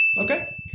Okay